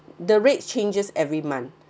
the rate changes every month